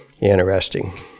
Interesting